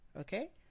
okay